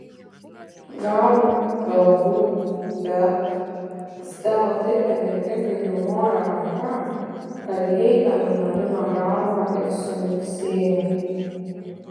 gal galbūt bet stela taip energingai numojo ranka kad heile nunarino galvą ir sumirksėjo